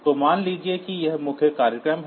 तो मान लीजिए कि यह मुख्य प्रोग्राम है